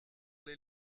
les